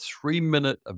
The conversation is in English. three-minute